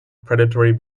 predatory